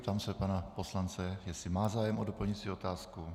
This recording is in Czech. Ptám se pana poslance, jestli má zájem o doplňující otázku.